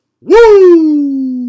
Woo